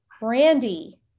Brandy